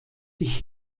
sich